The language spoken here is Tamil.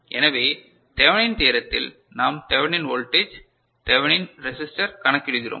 எனவே தெவெனினின் தியரத்தில் நாம் தெவெனினின் வோல்டேஜ் தெவெனினின் ரெசிஸ்டர் கணக்கிடுகிறோம்